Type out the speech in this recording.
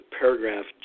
paragraph